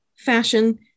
Fashion